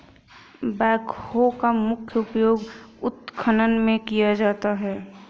backhoe का मुख्य उपयोग उत्खनन में किया जाता है